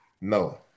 No